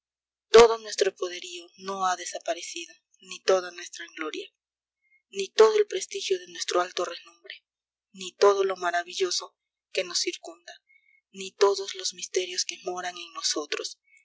todo nuestro poderío no ha desaparecido ni toda nuestra gloria ni todo el prestigio de nuestro alto renombre ni todo lo maravilloso que nos circunda ni todos los misterios que moran en nosotros